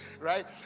right